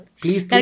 please